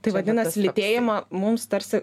tai vadinasi lytėjimą mums tarsi